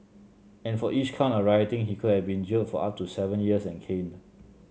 and for each count of rioting he could have been jailed for up to seven years and caned